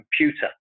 computer